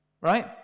Right